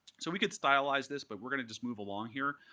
so we could stylize this, but we're going to just move along here.